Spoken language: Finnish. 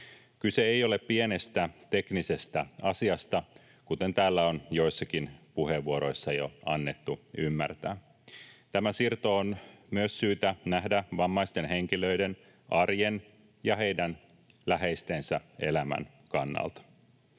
Kyse ei ole pienestä teknisestä asiasta, kuten täällä on joissakin puheenvuoroissa jo annettu ymmärtää. Tämä siirto on myös syytä nähdä vammaisten henkilöiden arjen ja heidän läheistensä elämän kannalta.